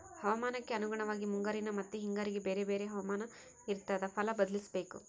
ಹವಾಮಾನಕ್ಕೆ ಅನುಗುಣವಾಗಿ ಮುಂಗಾರಿನ ಮತ್ತಿ ಹಿಂಗಾರಿಗೆ ಬೇರೆ ಬೇರೆ ಹವಾಮಾನ ಇರ್ತಾದ ಫಲ ಬದ್ಲಿಸಬೇಕು